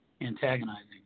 antagonizing